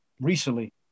recently